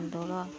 ଦୋଳ